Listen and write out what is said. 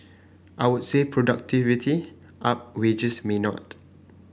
I would say productivity up wages may not